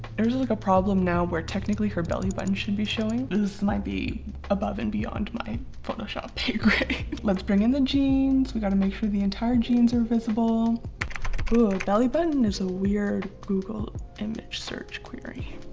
there's like a problem now we're technically her belly button should be showing this might be above and beyond my photoshop pay grade let's bring in the jeans. we got to make sure the entire jeans are visible ooh, belly button. there's a weird google image search query